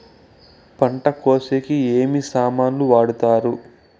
పంట కోసేకి ఏమి సామాన్లు వాడుతారు?